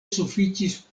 sufiĉis